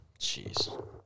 Jeez